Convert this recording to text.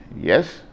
Yes